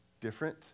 different